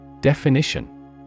Definition